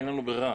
אין לנו ברירה,